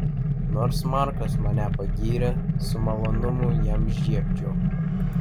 nors markas mane pagyrė su malonumu jam žiebčiau